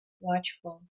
Watchful